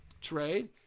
trade